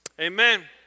Amen